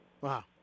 Wow